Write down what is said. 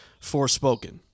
forespoken